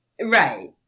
Right